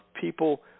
people